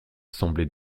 semblait